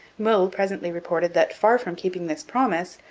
meulles presently reported that, far from keeping this promise,